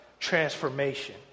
transformation